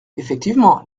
effectivement